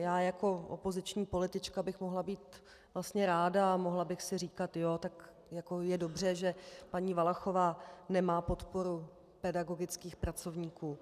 Já jako opoziční politička bych mohla být vlastně ráda a mohla bych si říkat jo, tak je dobře, že paní Valachová nemá podporu pedagogických pracovníků.